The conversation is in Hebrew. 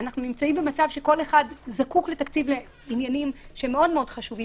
אנחנו נמצאים במצב שכל אחד זקוק לתקציב לעניינים מאוד מאוד חשובים.